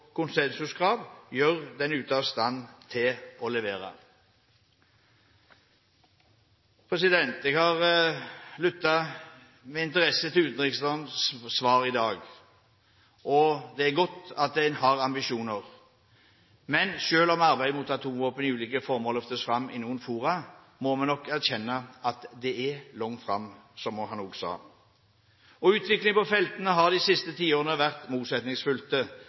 konsensuskrav gjør den ute av stand til å levere. Jeg har lyttet med interesse til utenriksministerens svar i dag. Det er godt at en har ambisjoner, men selv om arbeidet mot atomvåpen i ulike former løftes fram i noen fora, må vi nok erkjenne at det er langt fram, som han også sa. Utviklingen på feltet har de siste tiårene vært